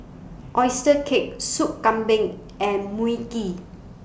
Oyster Cake Sup Kambing and Mui Kee